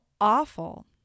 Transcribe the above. awful